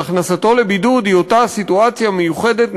הכנסתו לבידוד היא אותה סיטואציה מיוחדת,